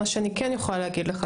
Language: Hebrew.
מה שאני כן יכולה להגיד לך,